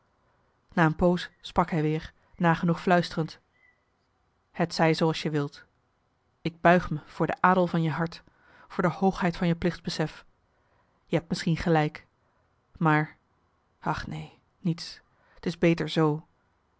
na een poos sprak hij weer nagenoeg fluisterend het zij zooals je wilt ik buig me voor de adel van je hart voor de hoogheid van je plichtbesef je hebt misschien gelijk maar ach neen niets t is beter z